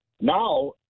Now